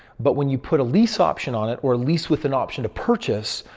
but when you put a lease option on it or lease with an option to purchase,